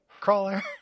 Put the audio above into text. crawler